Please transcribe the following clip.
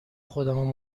خودمو